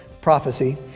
prophecy